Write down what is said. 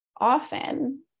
often